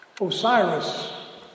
Osiris